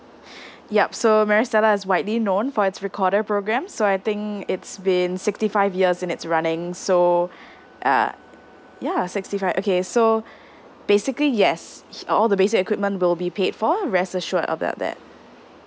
yup so maris stella is widely known for its recorder program so I think it's been sixty five years in its running so err ya sixty five okay so basically yes h~ uh all the basic equipment will be paid for rest assured about that